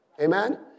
amen